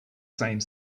same